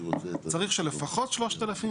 צריך שלפחות 3,000,